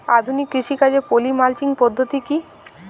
আধুনিক কৃষিকাজে poly mulching পদ্ধতি কি?